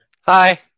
Hi